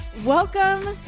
Welcome